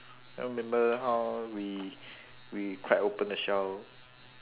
I remember how we we cracked open the shell